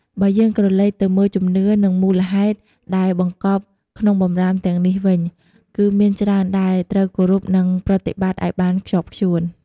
បើយើងក្រឡេកទៅមើលជំនឿ និងមូលហេតុដែលបង្កប់ក្នុងបម្រាមទាំងនេះវិញ គឺមានច្រើនដែលត្រូវគោរពនិងប្រតិបត្តិឲ្យបានខ្ជាប់ខ្ជួន។